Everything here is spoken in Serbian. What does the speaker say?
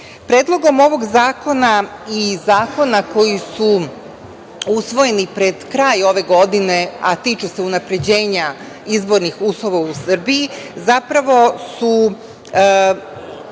uslova. Predlogom ovog zakona i zakona koji su usvojeni pred kraj ove godine, a tiču se unapređenja izbornih uslova u Srbiji, zapravo